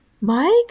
Mike